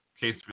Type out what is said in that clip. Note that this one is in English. case